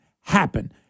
happen